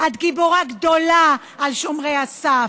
את גיבורה גדולה על שומרי הסף,